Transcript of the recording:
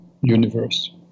universe